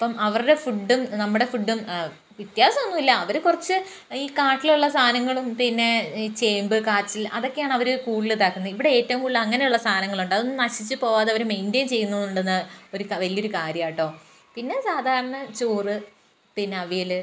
അപ്പം അവരുടെ ഫുഡും നമ്മുടെ ഫുഡും വിത്യാസമൊന്നും ഇല്ല അവരു കുറച്ച് ഈ കാട്ടിലുള്ള സാധനങ്ങളും പിന്നെ ഈ ചേമ്പ് കാച്ചിൽ അതൊക്കെയാണ് അവര് കൂടുതലും ഇതാക്കുന്നെ ഇവിടെ ഏറ്റവും കൂടുതല് അങ്ങിനെയുള്ള സാധനങ്ങളൊണ്ട് അതൊന്നും നശിച്ചു പോവാതെ അവര് മെയിൻ്റയിൻ ചെയ്യുന്നുണ്ടെന്ന് ഒരു വലിയൊരു കാര്യമാട്ടോ പിന്നെ സാധാരണ ചോറ് പിന്നെ അവിയല്